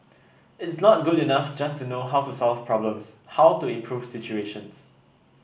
it's not good enough just to know how to solve problems how to improve situations